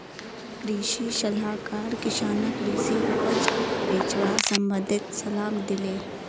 कृषि सलाहकार किसानक कृषि उपज बेचवार संबंधित सलाह दिले